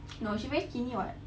no she very skinny [what]